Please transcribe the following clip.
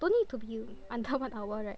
don't need to be under one hour right